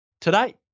today